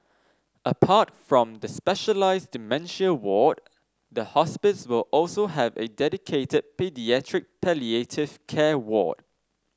apart from the specialised dementia ward the hospice will also have a dedicated paediatric palliative care ward